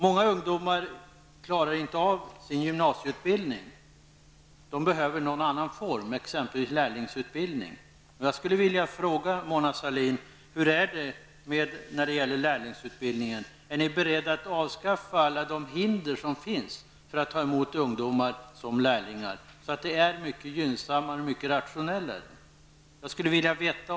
Många ungdomar klarar inte av sin gymnasieutbildning. De behöver någon annan form av utbildning, t.ex. lärlingsutbildning. Jag skulle vilja fråga Mona Sahlin hur det förhåller sig med lärlingsutbildningen. Är ni beredda att avskaffa alla de hinder som finns för att ta emot ungdomar som lärlingar, så att det hela blir mycket gynnsammare och rationellare?